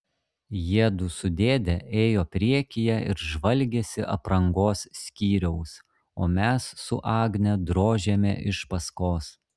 jiedu su dėde ėjo priekyje ir žvalgėsi aprangos skyriaus o mes su agne drožėme iš paskos